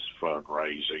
fundraising